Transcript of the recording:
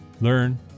learn